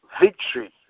Victory